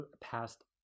past